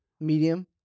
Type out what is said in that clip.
Medium